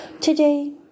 Today